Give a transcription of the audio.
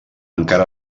encara